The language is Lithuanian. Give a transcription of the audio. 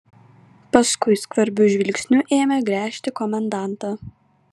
paskui skvarbiu žvilgsniu ėmė gręžti komendantą